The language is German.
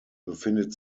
befindet